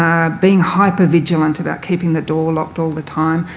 being hyper vigilant about keeping the door locked all the time,